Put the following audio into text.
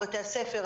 בתי הספר,